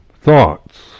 thoughts